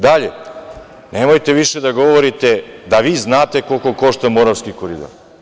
Dalje, nemojte više da govorite da vi znate koliko košta Moravski koridor.